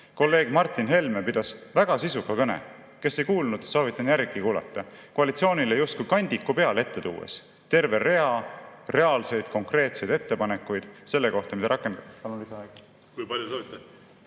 Kolleeg Martin Helme pidas väga sisuka kõne – kes ei kuulnud, soovitan järgi kuulata –, koalitsioonile justkui kandiku peal ette tuues terve rea reaalseid konkreetseid ettepanekuid selle kohta, mida rakendada. Palun